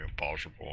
impossible